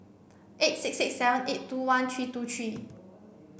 eight six six seven eight two one three two three